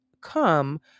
come